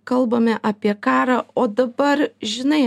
kalbame apie karą o dabar žinai